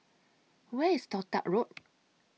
Where IS Toh Tuck Road